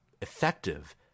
effective